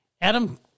Adam